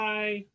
Bye